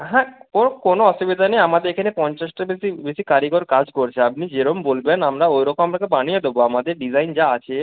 হ্যাঁ কোনো অসুবিধা নেই আমাদের এখানে পঞ্চাশটার বেশি বেশি কারিগর কাজ করছে আপনি যেরকম বলবেন আমরা ওই রকম আপনাকে বানিয়ে দেবো আমাদের ডিজাইন যা আছে